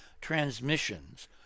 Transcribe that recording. transmissions